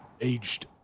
Aged